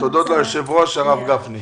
התודות ליושב-ראש הרב גפני.